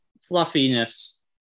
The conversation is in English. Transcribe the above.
fluffiness